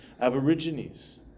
Aborigines